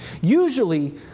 Usually